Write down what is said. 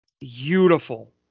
beautiful